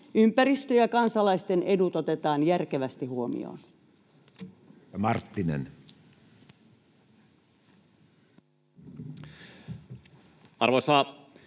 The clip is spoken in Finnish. ympäristö ja kansalaisten edut otetaan järkevästi huomioon. [Speech 168]